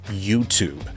YouTube